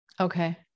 Okay